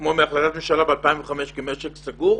כמו בהחלטת ממשלה ב-2005 כמשק סגור,